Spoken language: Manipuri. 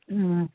ꯎꯝ